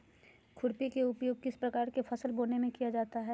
खुरपी का उपयोग किस प्रकार के फसल बोने में किया जाता है?